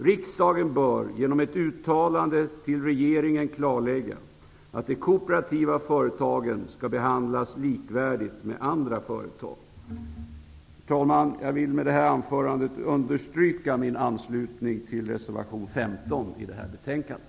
Riksdagen bör genom ett uttalande till regeringen klarlägga att de kooperativa företagen skall behandlas likvärdigt med andra företag. Herr talman! Jag vill med detta anförande understryka att jag ansluter mig till reservation 15 i betänkandet.